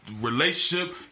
relationship